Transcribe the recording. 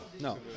No